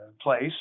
place